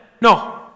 No